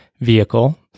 vehicle